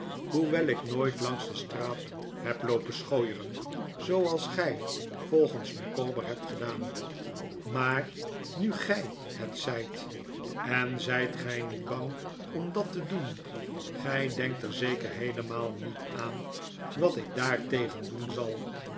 hoewel ik nooit langs de straat heb loopen schooieren zooals gij volgens micawber hebt gedaan maar nu g ij het zijt en zijt gij niet bang om dat te doen gij denkt er zeker heelemaal niet aan wat ik daartegen doen zal